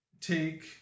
take